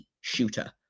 shooter